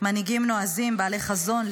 מנהיגים נועזים בעלי חזון,